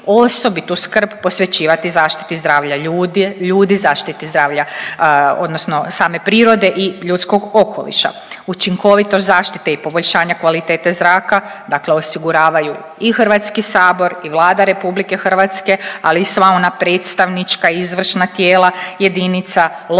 osobitu skrb posvećivati zaštiti zdravlja ljudi, zaštiti zdravlja odnosno same prirode i ljudskog okoliša, učinkovitost zaštite i poboljšanja kvalitete zraka, dakle osiguravaju i Hrvatski sabor i Vlada Republike Hrvatske, ali i sva ona predstavnička, izvršna tijela jedinica lokalne